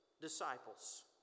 disciples